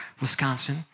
Wisconsin